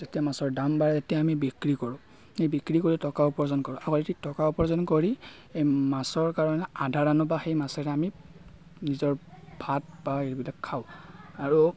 যেতিয়া মাছৰ দাম বাঢ়ে তেতিয়া আমি বিক্ৰী কৰোঁ সেই বিক্ৰী কৰি টকা উপাৰ্জন কৰোঁ আৰু সেই টকা উপাৰ্জন কৰি এই মাছৰ কাৰণে আধাৰ আনো বা সেই মাছেৰে আমি নিজৰ ভাত বা এইবিলাক খাওঁ আৰু